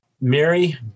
Mary